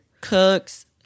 cooks